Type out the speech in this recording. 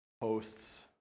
posts